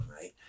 right